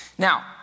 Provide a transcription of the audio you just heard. Now